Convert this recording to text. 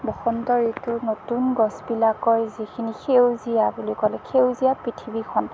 বসন্ত ঋতুত নতুন গছবিলাকৰ যিখিনি সেউজীয়া বুলি ক'লে সেউজীয়া পৃথিৱীখন